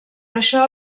això